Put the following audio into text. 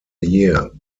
year